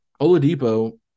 Oladipo